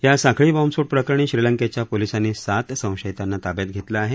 या साखळी बॉम्बस्फोट प्रकरणी श्रीलंकेच्या पोलिसांनी सात संशयितांना ताब्यात घेतलं आहे